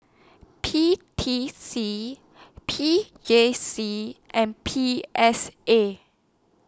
P T C P J C and P S A